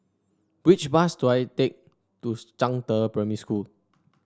which bus do I take to Zhangde Primary School